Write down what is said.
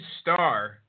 star